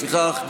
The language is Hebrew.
לפיכך,